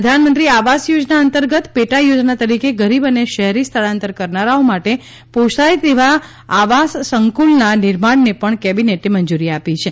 પ્રધાનમંત્રી આવાસ યોજના અંતર્ગત પેટા યોજના તરીકે ગરીબ અને શહેરી સ્થળાંતર કરનારાઓ માટે પોષાય તેવા આવાસ સંકુલના નિર્માણને પણ કેબિનેટે મંજૂરી આપી છે